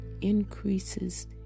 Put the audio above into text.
Increases